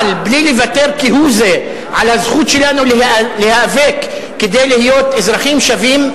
אבל בלי לוותר כהוא-זה על הזכות שלנו להיאבק כדי להיות אזרחים שווים,